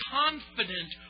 confident